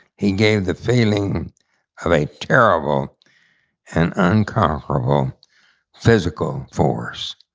he gave the feeling of a terrible and unconquerable physical force.